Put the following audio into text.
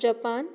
Japan